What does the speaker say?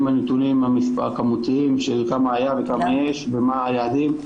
הנתונים הכמותיים של כמה היה וכמה יש ומה היעדים,